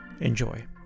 Enjoy